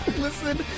Listen